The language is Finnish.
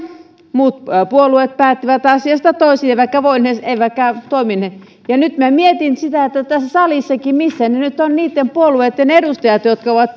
muut puolueet päättivät asiasta toisin eivätkä toimineet nyt mietin sitä että tässä salissakin niitten puolueitten edustajat jotka ovat